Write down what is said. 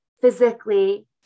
physically